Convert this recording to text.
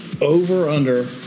Over-under